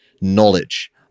knowledge